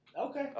Okay